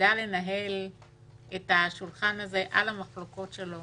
שתדע לנהל את השולחן הזה על כל המחלוקות שלו